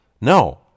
No